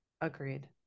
Agreed